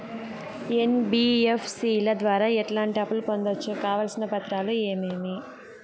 NBFC ల ద్వారా ఎట్లాంటి అప్పులు పొందొచ్చు? కావాల్సిన పత్రాలు ఏమేమి?